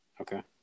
Okay